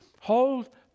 hold